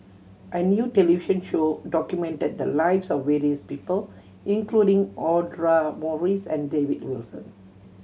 a new television show documented the lives of various people including Audra Morrice and David Wilson